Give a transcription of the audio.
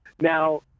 Now